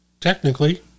Technically